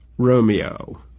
Romeo